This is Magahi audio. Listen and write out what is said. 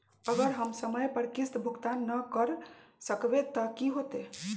अगर हम समय पर किस्त भुकतान न कर सकवै त की होतै?